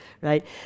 right